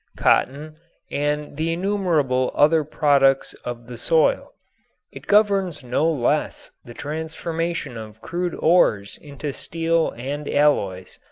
cotton and the innumerable other products of the soil it governs no less the transformation of crude ores into steel and alloys,